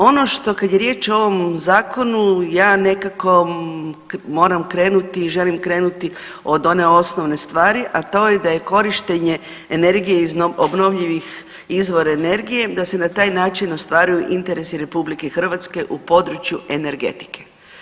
Ono što kada je riječ o ovom zakonu ja nekako moram krenuti i želim krenuti od one osnovne stvari, a to je da je korištenje energije iz obnovljivih izvora energije, da se na taj način ostvaruju interesi RH u području energetike.